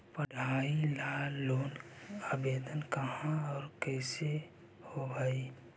पढाई ल लोन के आवेदन कहा औ कैसे होब है?